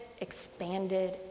expanded